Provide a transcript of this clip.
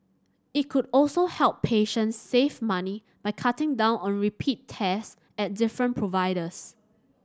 it could also help patients save money by cutting down on repeat test at different providers